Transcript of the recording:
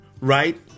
right